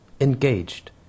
Engaged